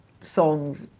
songs